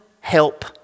help